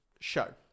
show